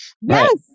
Yes